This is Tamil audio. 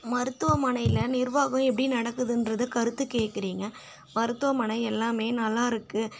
மருத்துவமனையில் நிர்வாகம் எப்படி நடக்குதுகிறது கருத்து கேட்குறிங்க மருத்துவமனை எல்லாமே நல்லாயிருக்கு